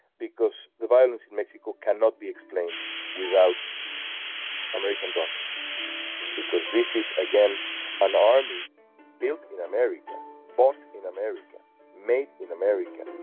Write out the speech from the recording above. because the violence in mexico cannot be explained without american guns because this is again an army built american bought in america made in america